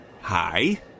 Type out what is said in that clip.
Hi